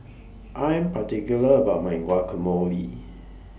I Am particular about My Guacamole